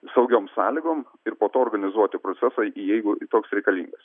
saugioms sąlygom ir po to organizuoti procesą jeigu toks reikalingas